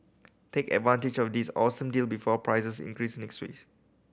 take advantage of this awesome deal before prices increase next